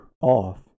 off